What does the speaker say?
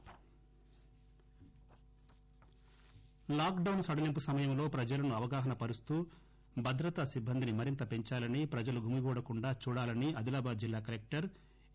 Adilabad lockdown సడలీంపు సమయంలో ప్రజలను అవగాహన పరుస్తూ భద్రత సిబ్బందిని మరింత పెంచాలని ప్రజలు గుమిగూడకుండా చూడాలని అదిలాబాద్ జిల్లా కలెక్టర్ ఏ